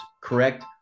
correct